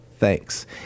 Thanks